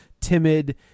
timid